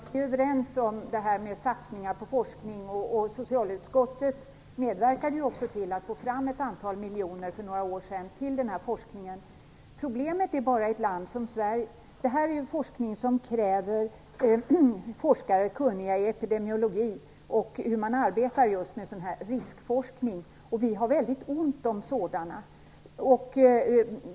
Herr talman! Vi är överens om att det behövs satsningar på forskning. Socialutskottet medverkade också till att få fram ett antal miljoner för några år sedan till den här forskningen. Problemet är bara att det här är forskning som kräver forskare kunniga i epidemiologi och hur man arbetar med riskforskning. Vi har mycket ont om sådana i Sverige.